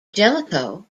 jellicoe